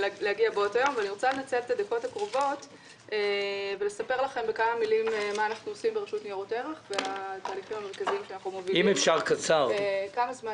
אני עובר לסעיף האחרון: הצעת תקציב רשות ניירות ערך לשנת 2020. שלום,